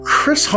Chris